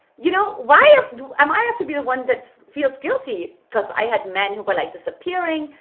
you know why do um i have to be the one that feels guilty? because i had men who were like disappearing,